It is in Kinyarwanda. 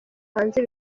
hanze